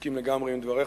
מסכים לגמרי עם דבריך,